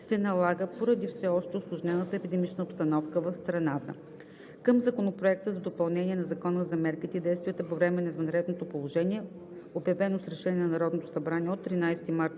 се налага поради все още усложнената епидемична обстановка в страната. Към Законопроекта за допълнение на Закона за мерките и действията по време на извънредното положение, обявено с решение на Народното събрание от 13 март